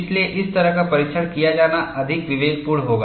इसलिए इस तरह का परीक्षण किया जाना अधिक विवेकपूर्ण होगा